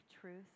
truth